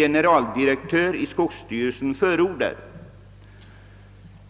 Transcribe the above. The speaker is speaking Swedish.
generaldirektören för skogsstyrelsen framhållit.